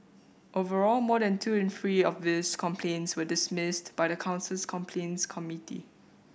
overall more than two in three of these complaints were dismissed by the council's complaints committee